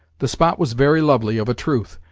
the spot was very lovely, of a truth,